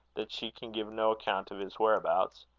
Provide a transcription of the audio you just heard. that she can give no account of his whereabouts.